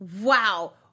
Wow